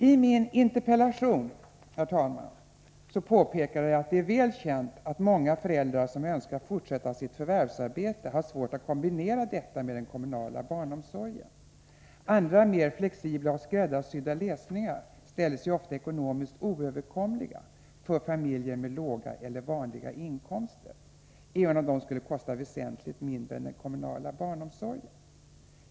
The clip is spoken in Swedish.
I min interpellation, herr talman, påpekar jag att det är väl känt att många föräldrar som önskar fortsätta sitt förvärvsarbete har svårt att kombinera detta med den kommunala barnomsorgen. Mer flexibla och skräddarsydda lösningar ställer sig ju ofta ekonomiskt oöverkomliga för familjer med låga eller vanliga inkomster, även om de skulle kosta väsentligt mindre än den kommunala barnomsorgen.